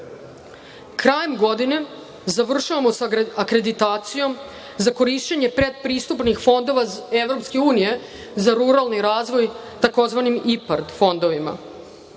Krajem godine završavamo sa akreditacijom za korišćenje predpristupnih fondova EU za ruralni razvoj, tzv. IPARD fondovima.